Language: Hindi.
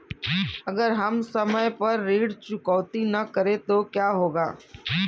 अगर हम समय पर ऋण चुकौती न करें तो क्या होगा?